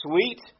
sweet